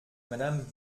madame